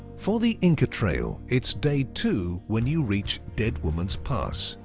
for the inca trail, it's day two, when you reach dead woman's pass.